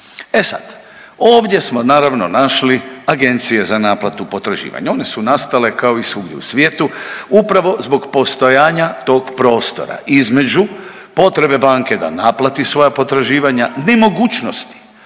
E sad, ovdje smo naravno našli agencije za naplatu potraživanja, one su nastale kao i svugdje u svijetu upravo zbog postojanja tog prostora između potrebe banke da naplati svoja potraživanja, nemogućnosti